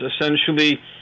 essentially